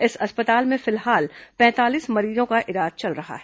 इस अस्पताल में फिलहाल पैंतालीस मरीजों का इलाज चल रहा है